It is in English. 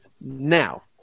Now